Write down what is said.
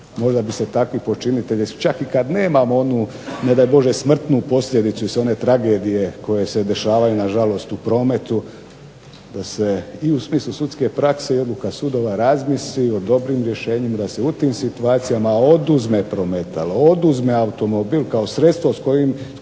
možda bi se takvi počinitelji čak i kad nemamo onu ne daj Bože smrtnu posljedicu i sve one tragedije koje se dešavaju na žalost u promet, da se i u smislu sudske prakse i odluka sudova razmisli o dobrim rješenjima, da se u tim situacijama oduzme prometalo, oduzme automobil kao sredstvo s kojim